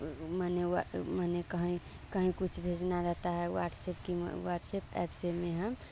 माने वा माने कहीं कहीं कुछ भेजना रहता है व्हाटसेप की व्हाटसेप एप से हमें हम